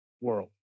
world